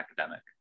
academic